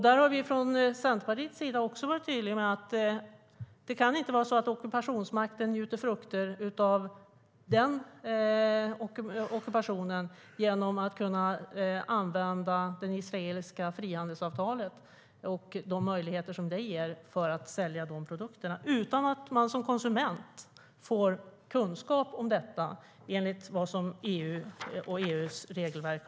Där har vi från Centerpartiets sida varit tydliga med att det inte kan vara så att ockupationsmakten njuter frukter från ockuperad mark genom att kunna använda det israeliska frihandelsavtalet och de möjligheter det ger att sälja dessa produkter, utan att man som konsument får kunskap om detta enligt vad som är uttalat i EU:s regelverk.